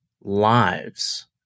lives